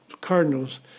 Cardinals